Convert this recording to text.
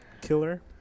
Killer